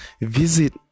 visit